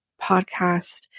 podcast